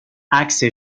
عکس